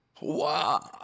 Wow